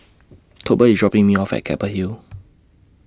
Tolbert IS dropping Me off At Keppel Hill